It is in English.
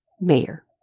mayor